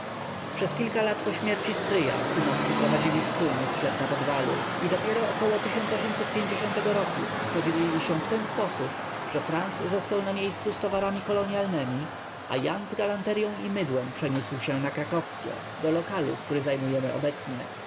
przez kilka lat po śmierci stryja synowcy prowadzili wspólnie sklep na podwalu i dopiero około roku podzielili się w ten sposób że franc został na miejscu z towarami kolonialnemi a jan z galanteryą i mydłem przeniósł się na krakowskie do lokalu który zajmujemy obecnie